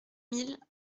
mille